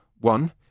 One